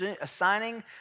assigning